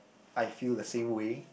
I feel the same way